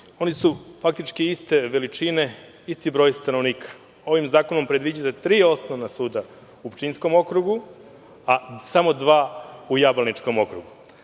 oni su iste veličine, isti broj stanovnika. Ovim zakonom predviđa da tri osnovna suda u Pčinjskom okrugu sa samo dva u Jablaničkom okrugu. Dakle,